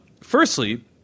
Firstly